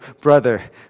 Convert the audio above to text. brother